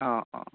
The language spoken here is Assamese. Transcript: অঁ অঁ